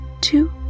two